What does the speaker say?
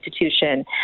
institution